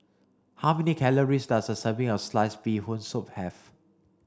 how many calories does a serving of sliced bee Hoon soup have